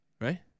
Right